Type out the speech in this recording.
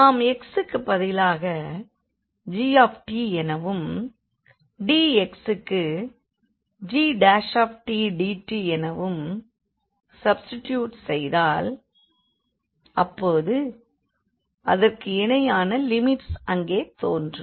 நாம் x க்குப்பதிலாக g எனவும் dxக்கு gdtஎனவும் சப்ஸ்டிடியுட் செய்தால் அப்போது அதற்கு இணையான லிமிட்ஸ் அங்கே தோன்றும்